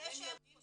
לפני שהם חותמים.